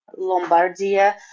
Lombardia